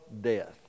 death